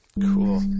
cool